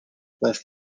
west